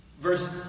Verse